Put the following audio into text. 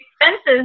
expenses